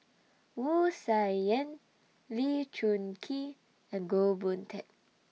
Wu Tsai Yen Lee Choon Kee and Goh Boon Teck